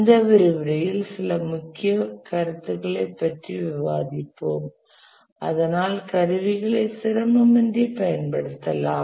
இந்த விரிவுரையில்சில முக்கிய கருத்துகளைப் பற்றி விவாதிப்போம் அதனால் கருவிகளை சிரமமின்றி பயன்படுத்தலாம்